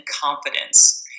confidence